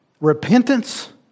repentance